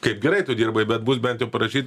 kaip gerai tu dirbai bet bus bent jau prašyt